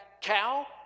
cow